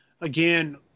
again